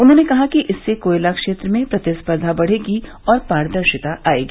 उन्होंने कहा कि इससे कोयला क्षेत्र में प्रतिस्पर्धा बढ़ेगी और पारदर्शिता आएगी